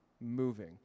moving